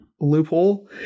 loophole